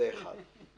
זה דבר אחד.